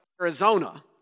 Arizona